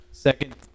Second